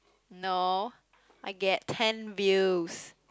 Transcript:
no I get ten views